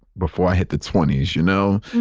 before i hit the twenties, you know,